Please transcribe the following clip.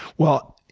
well,